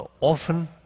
often